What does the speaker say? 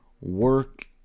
work